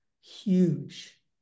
huge